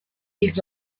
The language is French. ils